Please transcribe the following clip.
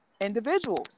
individuals